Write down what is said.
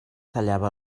tallava